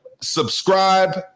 Subscribe